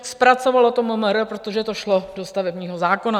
Zpracovalo to MMR, protože to šlo do stavebního zákona.